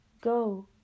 Go